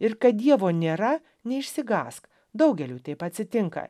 ir kad dievo nėra neišsigąsk daugeliui taip atsitinka